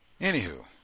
Anywho